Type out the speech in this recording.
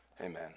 amen